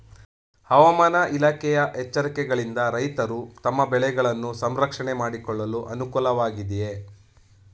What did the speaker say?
ಹವಾಮಾನ ಇಲಾಖೆಯ ಎಚ್ಚರಿಕೆಗಳಿಂದ ರೈತರು ತಮ್ಮ ಬೆಳೆಗಳನ್ನು ಸಂರಕ್ಷಣೆ ಮಾಡಿಕೊಳ್ಳಲು ಅನುಕೂಲ ವಾಗಿದೆಯೇ?